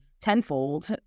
tenfold